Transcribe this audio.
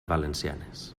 valencianes